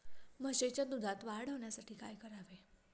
म्हशीच्या दुधात वाढ होण्यासाठी काय करावे?